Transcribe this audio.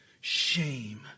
shame